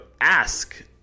ask